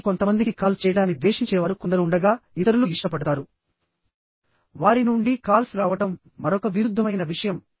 ఆపై కొంతమందికి కాల్ చేయడాన్ని ద్వేషించేవారు కొందరు ఉండగాఇతరులు ఇష్టపడతారు వారి నుండి కాల్స్ రావడం మరొక విరుద్ధమైన విషయం